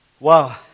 Wow